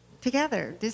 together